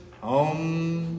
home